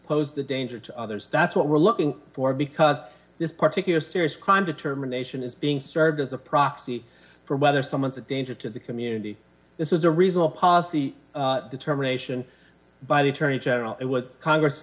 posed a danger to others that's what we're looking for because this particular serious crime determination is being served as a proxy for whether someone is a danger to the community this is a reasonable policy determination by the attorney general it was congress